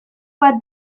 bat